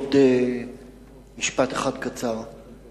משפט קצר נוסף,